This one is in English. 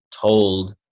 told